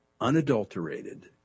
unadulterated